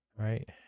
Right